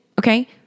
Okay